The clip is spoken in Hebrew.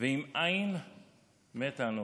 "ואם אין מתה אנכי".